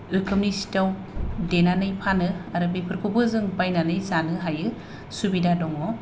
रोखोमनि सिथाव देनानै फानो आरो बेफोरखौबो जों बायनानै जानो हायो सुबिदा दङ